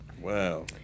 Wow